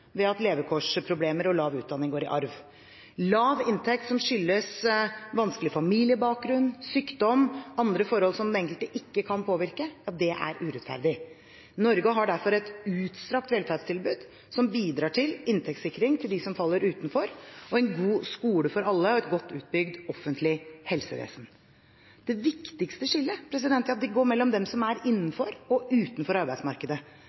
ved at levekårsproblemer og lav utdanning går i arv. Lav inntekt som skyldes vanskelig familiebakgrunn, sykdom og andre forhold som den enkelte ikke kan påvirke, er urettferdig. Norge har derfor et utstrakt velferdstilbud som bidrar til inntektssikring til dem som faller utenfor, en god skole for alle og et godt utbygd offentlig helsevesen. Det viktigste skillet går mellom dem som er innenfor, og dem som er utenfor arbeidsmarkedet.